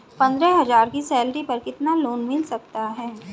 पंद्रह हज़ार की सैलरी पर कितना लोन मिल सकता है?